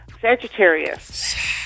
Sagittarius